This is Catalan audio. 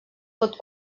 pot